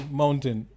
mountain